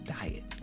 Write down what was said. diet